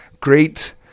Great